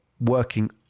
working